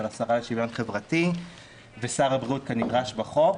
השרה לשוויון חברתי ושר הבריאות כנדרש בחוק.